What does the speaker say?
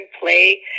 play